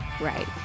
right